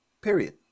period